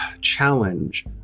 challenge